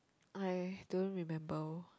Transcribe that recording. I don't remember